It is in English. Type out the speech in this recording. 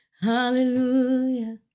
hallelujah